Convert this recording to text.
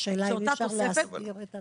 אני לא רוצה --- יש